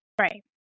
Right